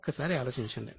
ఒక్కసారి ఆలోచించండి